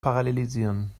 parallelisieren